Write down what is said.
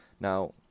now